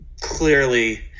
Clearly